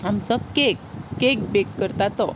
आमचो कॅक कॅक बॅक करता तो